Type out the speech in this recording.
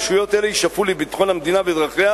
רשויות אלו ישאפו לביטחון המדינה ואזרחיה